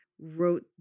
wrote